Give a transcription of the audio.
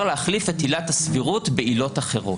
להחליף את עילת הסבירות בעילות אחרות.